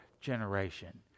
generation